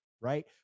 right